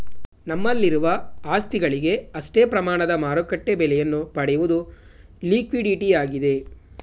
ನಮ್ಮಲ್ಲಿರುವ ಆಸ್ತಿಗಳಿಗೆ ಅಷ್ಟೇ ಪ್ರಮಾಣದ ಮಾರುಕಟ್ಟೆ ಬೆಲೆಯನ್ನು ಪಡೆಯುವುದು ಲಿಕ್ವಿಡಿಟಿಯಾಗಿದೆ